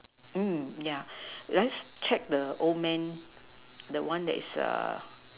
yeah then check the old man the one that's